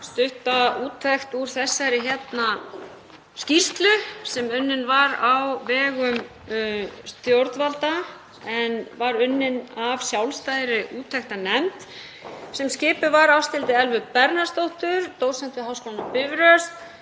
stutta úttekt úr þessari skýrslu sem unnin var á vegum stjórnvalda en var unnin af sjálfstæðri úttektarnefnd sem skipuð var Ásthildi Elvu Bernharðsdóttur, dósent við Háskólann á Bifröst,